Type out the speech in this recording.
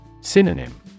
Synonym